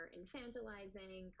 infantilizing